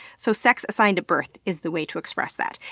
so sex assigned at birth is the way to express that.